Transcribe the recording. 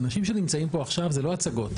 האנשים שנמצאים פה עכשיו זה לא הצגות,